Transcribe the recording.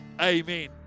Amen